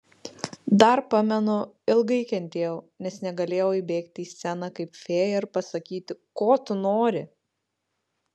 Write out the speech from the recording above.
dar pamenu ilgai kentėjau nes negalėjau įbėgti į sceną kaip fėja ir pasakyti ko tu nori